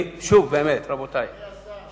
אדוני השר,